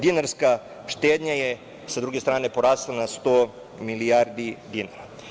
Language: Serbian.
Dinarska štednja je sa druge strane porasla na 100 milijardi dinara.